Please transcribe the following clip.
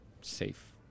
safe